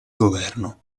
governo